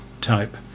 type